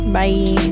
Bye